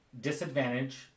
disadvantage